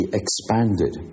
expanded